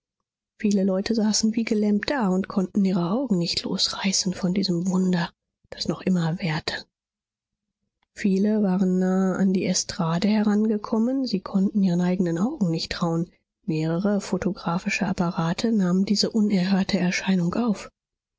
viele leute saßen wie gelähmt da und konnten ihre augen nicht losreißen von diesem wunder das noch immer währte viele waren nahe an die estrade herangekommen sie konnten ihren eigenen augen nicht trauen mehrere photographische apparate nahmen diese unerhörte erscheinung auf